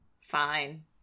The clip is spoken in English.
Fine